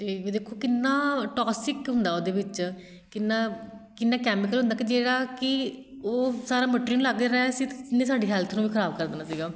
ਅਤੇ ਦੇਖੋ ਕਿੰਨਾ ਟੋਸਿਕ ਹੁੰਦਾ ਉਹਦੇ ਵਿੱਚ ਕਿੰਨਾ ਕਿੰਨਾ ਕੈਮੀਕਲ ਹੁੰਦਾ ਕਿ ਜਿਹੜਾ ਕਿ ਉਹ ਸਾਰਾ ਮਟਰੀ ਨੂੰ ਲੱਗ ਰਿਹਾ ਸੀ ਅਤੇ ਜਿਹਨੇ ਸਾਡੀ ਹੈਲਥ ਨੂੰ ਵੀ ਖਰਾਬ ਕਰ ਦੇਣਾ ਸੀਗਾ